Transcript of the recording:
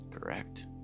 Correct